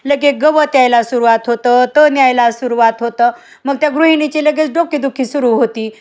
लगेच गवत यायला सुरुवात होतं तण यायला सुरुवात होतं मग त्या गृहिणीची लगेच डोकेदुखी सुरू होती